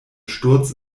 sturz